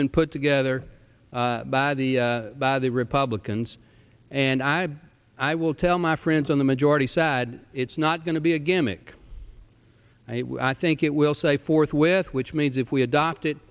been put together by the by the republicans and i i will tell my friends on the majority side it's not going to be a gimmick and i think it will say forthwith which means if we adopt